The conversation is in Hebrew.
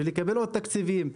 בשביל לקבל עוד תקציבים.